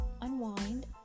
unwind